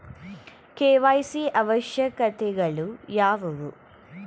KYC ಅವಶ್ಯಕತೆಗಳು ಯಾವುವು?